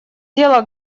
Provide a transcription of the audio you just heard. дело